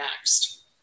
next